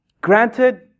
Granted